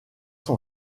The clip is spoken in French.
son